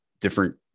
different